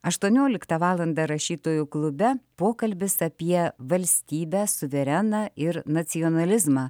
aštuonioliktą valandą rašytojų klube pokalbis apie valstybę suvereną ir nacionalizmą